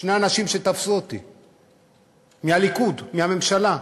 שני אנשים מהליכוד, מהממשלה,